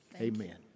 Amen